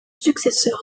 successeur